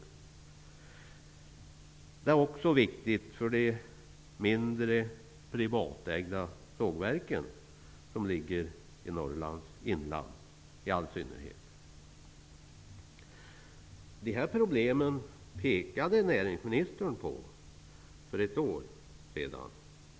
Domänverket är också av betydelse för de mindre privatägda sågverken i Norrlands inland. Näringsministern pekade på detta för ett år sedan.